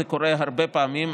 זה קורה הרבה פעמים.